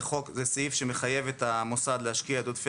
זה סעיף שמחייב את המוסד להשקיע את עודפי